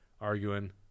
arguing